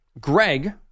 Greg